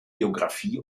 geographie